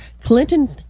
Clinton